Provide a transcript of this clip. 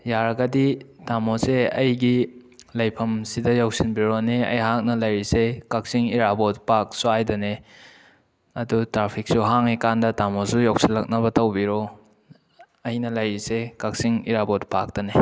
ꯌꯥꯔꯒꯗꯤ ꯇꯥꯃꯣꯁꯦ ꯑꯩꯒꯤ ꯂꯩꯐꯝ ꯁꯤꯗ ꯌꯧꯁꯟꯕꯤꯔꯛꯑꯣꯅꯦ ꯑꯩꯍꯥꯛꯅ ꯂꯩꯔꯤꯁꯦ ꯀꯛꯆꯤꯡ ꯏꯔꯥꯕꯣꯠ ꯄꯥꯔꯛ ꯁ꯭ꯋꯥꯏꯗꯅꯦ ꯑꯗꯨ ꯇ꯭ꯔꯥꯐꯤꯛꯁꯨ ꯍꯥꯡꯂꯤ ꯀꯥꯟꯗ ꯇꯥꯃꯣꯁꯨ ꯌꯧꯁꯤꯜꯂꯛꯅꯕ ꯇꯧꯕꯤꯔꯣ ꯑꯩꯅ ꯂꯩꯔꯤꯁꯦ ꯀꯛꯆꯤꯡ ꯏꯔꯥꯕꯣꯠ ꯄꯥꯔꯛꯇꯅꯦ